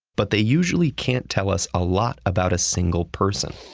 but they usually can't tell us a lot about a single person.